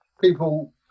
people